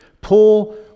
Paul